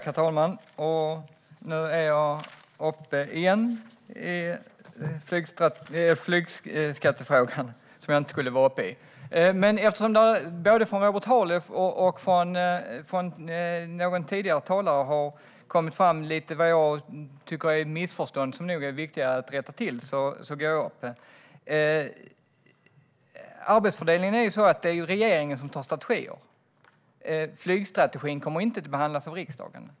Herr talman! Nu är jag uppe igen i flygskattefrågan, som jag inte skulle vara uppe i. Men eftersom det både från Robert Halef och någon tidigare talare har kommit fram vad jag tycker är missförstånd som är viktiga att rätta till går jag upp. Arbetsfördelningen är ju sådan att det är regeringen som antar strategier. Flygstrategin kommer inte att behandlas av riksdagen.